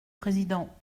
président